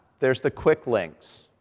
there's the quick links,